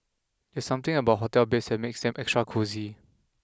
there's something about hotel beds that makes them extra cosy